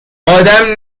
آدم